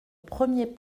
premiers